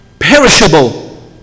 Perishable